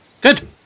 Good